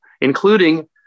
including